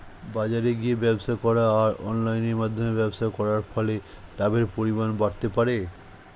বাজারে গিয়ে ব্যবসা করা আর অনলাইনের মধ্যে ব্যবসা করার ফলে লাভের পরিমাণ বাড়তে পারে?